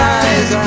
eyes